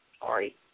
Sorry